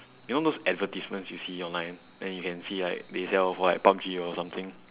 you know those advertisements you see online then you can see like they sell what PUBG or something